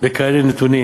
כאלה נתונים,